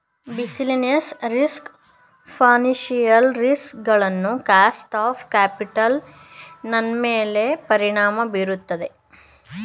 business risk financial risk ಗಳು cost of capital ನನ್ಮೇಲೆ ಪರಿಣಾಮ ಬೀರುತ್ತದೆ